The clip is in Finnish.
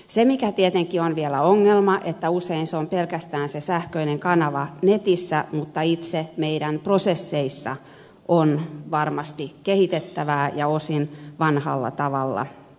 se mikä tietenkin on vielä ongelma on että usein on pelkästään se sähköinen kanava netissä mutta itse meidän prosesseissa on varmasti kehitettävää ja osin vanhalla tavalla toimitaan